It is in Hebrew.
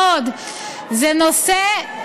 תודה, גברתי.